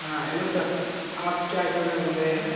ہاں hello sir آپ چائے کے آنر بون رہے ہیں